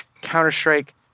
Counter-Strike